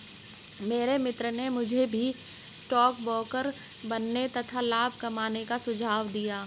मेरे मित्र ने मुझे भी स्टॉक ब्रोकर बनने तथा लाभ कमाने का सुझाव दिया